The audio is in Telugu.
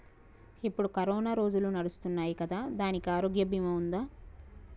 ఇప్పుడు కరోనా రోజులు నడుస్తున్నాయి కదా, దానికి ఆరోగ్య బీమా ఉందా?